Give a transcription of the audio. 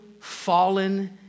fallen